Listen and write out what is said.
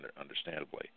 understandably